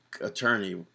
attorney